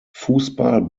fußball